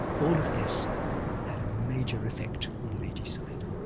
all of this had a major effect on ledi sayadaw.